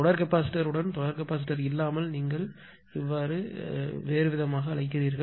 தொடர் மின் கெப்பாசிட்டர் உடன் தொடர் கெப்பாசிட்டர் இல்லாமல் நீங்கள் இவ்வாறு அழைக்கிறீர்கள்